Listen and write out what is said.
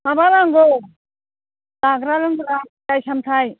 माबा नांगौ जाग्रा लोंग्रा फिथाइ सामथाय